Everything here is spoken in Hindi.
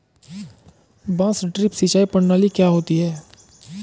बांस ड्रिप सिंचाई प्रणाली क्या होती है?